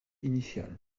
initial